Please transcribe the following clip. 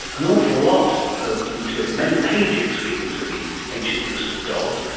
an awful lot of material, many pages given to the ancientness of dog.